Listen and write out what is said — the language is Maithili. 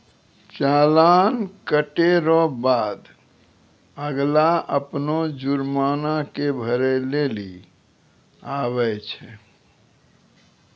चालान कटे रो बाद अगला अपनो जुर्माना के भरै लेली आवै छै